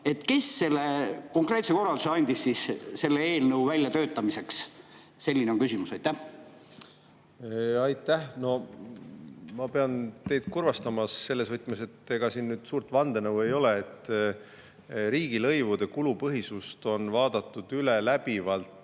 Kes andis konkreetse korralduse selle eelnõu väljatöötamiseks? Selline on küsimus. Aitäh! No ma pean teid kurvastama, selles võtmes, et ega siin nüüd suurt vandenõu ei ole. Riigilõivude kulupõhisust on vaadatud üle läbivalt